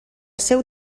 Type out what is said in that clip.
seu